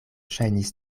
ŝajnis